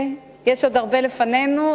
יש עוד הרבה לפנינו,